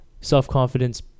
self-confidence